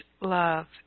love